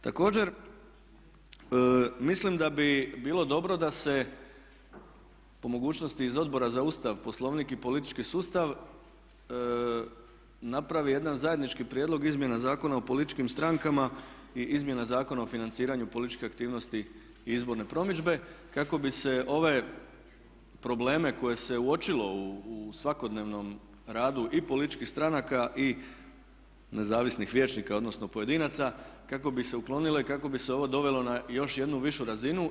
Također, mislim da bi bilo dobro da se po mogućnosti iz Odbora za Ustav, Poslovnik i politički sustav, napravi jedan zajednički prijedlog izmjena Zakona o političkim strankama i izmjene Zakona o financiranju političke aktivnosti i izborne promidžbe kako bi se ove probleme koje se uočilo u svakodnevnom radu i političkih stranaka i nezavisnih vijećnika odnosno pojedinaca kako bi se uklonile i kako bi se ovo dovelo na još jednu višu razinu.